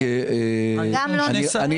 אני